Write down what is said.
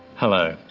hello,